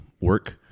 work